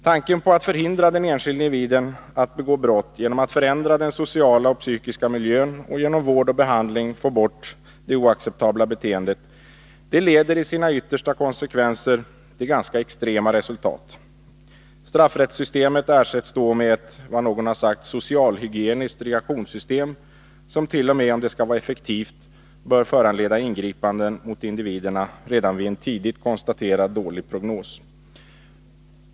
Tanken att förhindra den enskilde individen från att begå brott genom att förändra den sociala och psykiska miljön, genom att med vård och behandling få bort det oacceptabla beteendet, leder i sina yttersta konsekvenser till ganska extrema resultat. Straffrättssystemet ersätts då med vad någon har kallat för ett socialhygieniskt reaktionssystem, som, om det skall vara effektivt, t.o.m. bör föranleda ingripanden mot individerna redan vid en tidigt konstaterad dålig prognos.